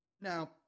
Now